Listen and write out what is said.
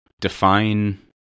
define